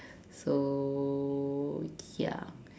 so ya